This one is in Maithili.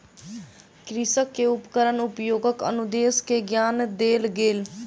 कृषक के उपकरण उपयोगक अनुदेश के ज्ञान देल गेल